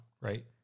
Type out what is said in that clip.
Right